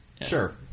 Sure